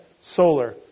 solar